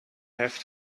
have